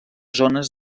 zones